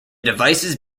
devices